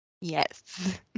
Yes